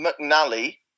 McNally